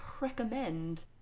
recommend